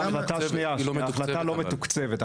החלטה שניה היא החלטה לא מתוקצבת,